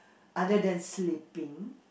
other than sleeping